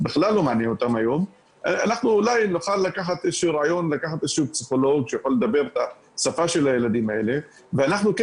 אנחנו אולי נוכל לקחת פסיכולוג שיוכל לדבר בשפה של הילדים האלה ואנחנו כן